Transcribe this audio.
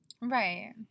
right